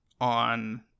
on